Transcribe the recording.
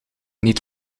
niet